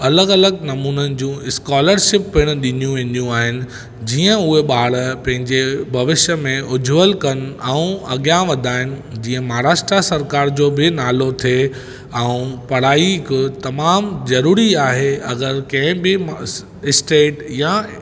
अलॻि अलॻि नमूननि जूं इस्कोलरशिप पिणि ॾीनी वेंदीयूं आहिनि जीअं उहे ॿारु पंहिंजे भविष्य में उज्जवल कनि ऐं अॻियां वधाइनि जीअं महाराष्ट्र सरकारि जो बि नालो थिए ऐं पढ़ाई हिकु तमामु ज़रूरी आहे अगरि कहिड़े बि स्टेट या